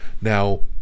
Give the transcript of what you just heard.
Now